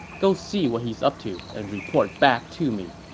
go see what he's up to and report back to me.